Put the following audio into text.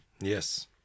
Yes